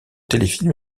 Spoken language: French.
téléfilm